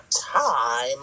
time